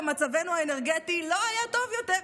ומצבנו האנרגטי לא היה טוב יותר.